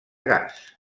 gas